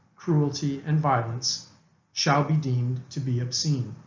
cruelty, and violence shall be deemed to be obscene.